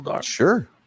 sure